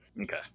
okay